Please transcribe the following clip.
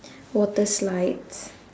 water slides